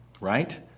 right